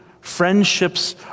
Friendships